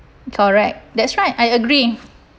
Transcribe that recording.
correct that's right I agree